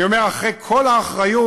אני אומר, אחרי כל האחריות,